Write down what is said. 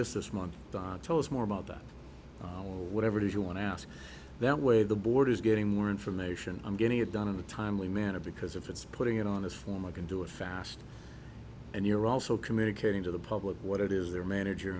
this this month tell us more about that whatever it is you want to ask that way the board is getting more information i'm getting it done in a timely manner because if it's putting it on his form i can do it fast and you're also communicating to the public what it is their manager